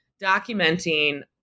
documenting